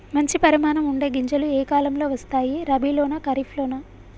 మంచి పరిమాణం ఉండే గింజలు ఏ కాలం లో వస్తాయి? రబీ లోనా? ఖరీఫ్ లోనా?